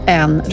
en